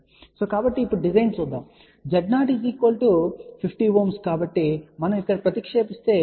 కాబట్టి ఇప్పుడు డిజైన్ను చూద్దాం కాబట్టి Z0 50 ohm కాబట్టి మనం ఇక్కడ ప్రతిక్షేపిస్తే తరువాత C